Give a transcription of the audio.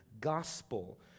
gospel